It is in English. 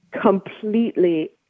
completely